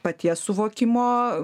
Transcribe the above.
paties suvokimo